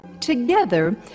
Together